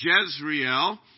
Jezreel